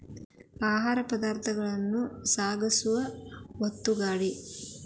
ಆಹಾರ ಪದಾರ್ಥಾನ ಸಾಗಸು ಒತ್ತುಗಾಡಿ